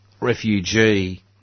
refugee